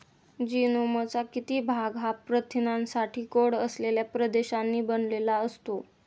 जीनोमचा किती भाग हा प्रथिनांसाठी कोड असलेल्या प्रदेशांनी बनलेला असतो?